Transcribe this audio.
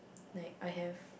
like I have